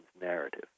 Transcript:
narrative